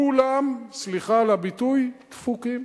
כולם, סליחה על הביטוי, דפוקים.